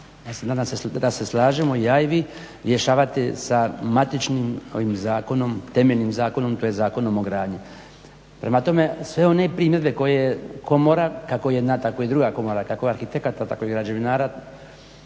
se da se slažemo ja i vi rješavati sa matičnim ovim zakonom, temeljnim zakonom tj. Zakonom o gradnji. Prema tome, sve one primjedbe koje komora kako jedna tako i druga komora, kako arhitekata tako i građevinara,